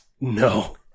No